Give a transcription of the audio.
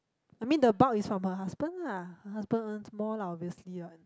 I mean the bulk is from her husband lah her husband earns more lah obviously one